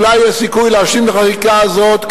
אולי יש סיכוי להשלים את החקיקה הזאת,